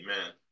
Amen